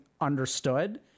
understood